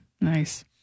nice